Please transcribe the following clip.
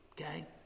okay